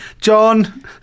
John